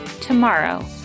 tomorrow